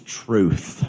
truth